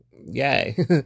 yay